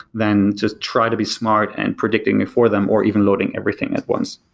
then just try to be smart and predicting it for them or even loading everything at once.